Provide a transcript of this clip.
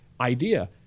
idea